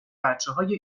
بچههای